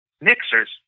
mixers